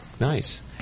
Nice